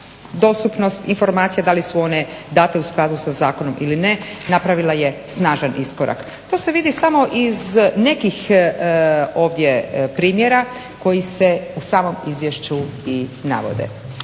dostupnost informacija da li su one date u skladu sa zakonom ili ne napravila je snažan iskorak. To se vidi samo iz nekih ovdje primjera koji se u samom izvješću i navode.